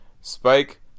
Spike